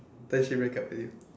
then she break up with you